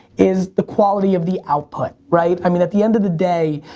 is the quality of the output, right? i mean, at the end of the day,